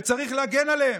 וצריך להגן עליהם.